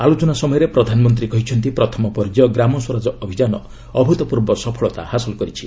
ଆଲୋଚନା ସମୟରେ ପ୍ରଧାନମନ୍ତ୍ରୀ କହିଛନ୍ତି ପ୍ରଥମ ପର୍ଯ୍ୟାୟ ଗ୍ରାମ ସ୍ୱରାଜ ଅଭିଯାନ ଅଭ୍ରତପୂର୍ବ ସଫଳତା ହାସଲ କରିଛି